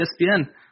ESPN